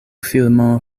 filmo